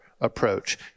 approach